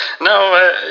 No